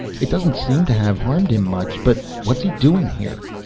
it doesn't seem to have harmed him much but what's he doing here?